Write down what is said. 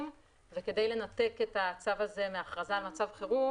וכדי לנתק את הצו הזה מהכרזה על מצב חירום,